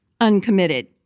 uncommitted